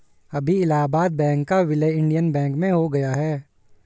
अभी इलाहाबाद बैंक का विलय इंडियन बैंक में हो गया है